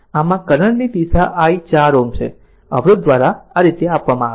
આમ આ કરંટ ની દિશા i 4 Ω અવરોધ દ્વારા આ રીતે આપવામાં આવે છે